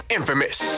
Infamous